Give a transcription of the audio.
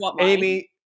Amy